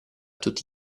tutti